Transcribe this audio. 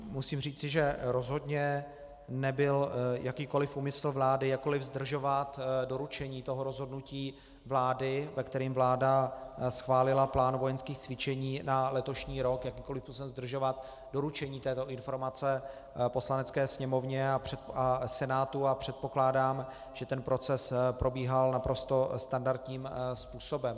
Musím říci, že rozhodně nebyl jakýkoli úmysl vlády jakkoli zdržovat doručení toho rozhodnutí vlády, kterým vláda schválila plán vojenských cvičení na letošní rok, jakýmkoli způsobem zdržovat doručení této informace Poslanecké sněmovně a Senátu, a předpokládám, že ten proces probíhal naprosto standardním způsobem.